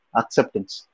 acceptance